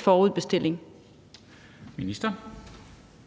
forudbestilling